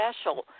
special